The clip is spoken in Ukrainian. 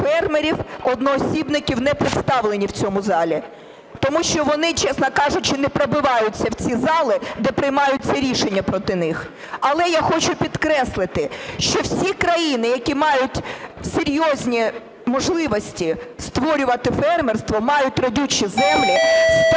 фермерів, одноосібників не представлені в цьому залі, тому що вони, чесно кажучи, не пробиваються в ці зали, де приймаються рішення проти них. Але я хочу підкреслити, що всі країни, які мають серйозні можливості створювати фермерство, мають родючі землі,